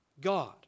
God